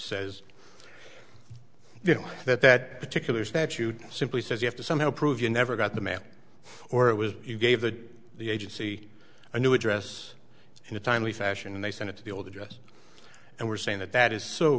says you know that that particular statute simply says you have to somehow prove you never got the map or it was you gave the the agency a new address in a timely fashion and they sent it to the old address and we're saying that that is so